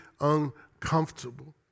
uncomfortable